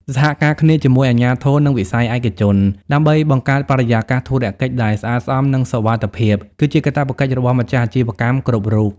សហការគ្នាជាមួយអាជ្ញាធរ និងវិស័យឯកជន ដើម្បីបង្កើតបរិយាកាសធុរកិច្ចដែល "ស្អាតស្អំ និងសុវត្ថិភាព" គឺជាកាតព្វកិច្ចរបស់ម្ចាស់អាជីវកម្មគ្រប់រូប។